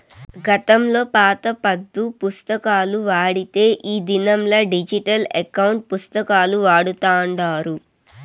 గతంలో పాత పద్దు పుస్తకాలు వాడితే ఈ దినంలా డిజిటల్ ఎకౌంటు పుస్తకాలు వాడతాండారు